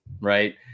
Right